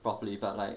properly but like